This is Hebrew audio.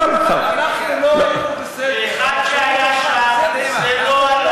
אנחנו לא היינו בסדר, נו, באמת.